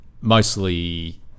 mostly